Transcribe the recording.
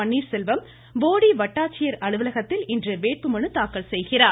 பன்னீர்செல்வம் போடி வட்டாச்சியர் அலுவலகத்தில் இன்று வேட்பு மனு தாக்கல் செய்கிறார்